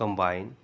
combine